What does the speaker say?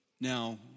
now